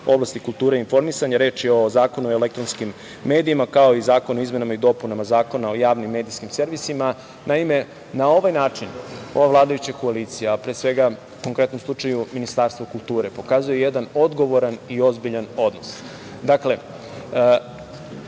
oblasti kulture i informisanja, reč je o Zakonu o elektronskim medijima, kao i Zakon o izmenama i dopunama Zakona o javnim medijskim servisima. Naime, na ovaj način ova vladajuća koalicija, pre svega u konkretnom slučaju Ministarstvo kulture pokazuje jedan odgovoran i ozbiljan odnos.